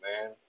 man